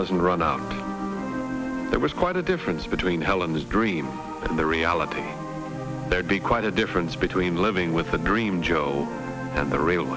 doesn't run out there was quite a difference between helen's dream and the reality there'd be quite a difference between living with a dream job and the real